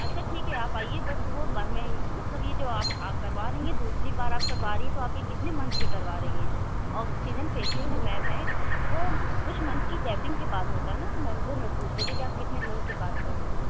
اچھا ٹھیک ہے آپ آئیے بٹ وہ بعد میں مطلب یہ جو آپ آ کروا رہی ہیں دوسری بار آپ کروا رہی ہیں تو آپ یہ کتنے منتھ پہ کروا رہی ہیں آکسیجن فیشیل جو میم ہے وہ کچھ منتھ کی گیپنگ کے بعد ہوتا ہے نہ تو وہ میں پوچھ رہی تھی کہ آپ کتنے منتھ کے بعد کر رہی